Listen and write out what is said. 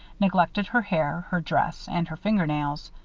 neglected her hair, her dress, and her finger nails.